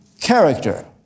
character